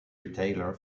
retailer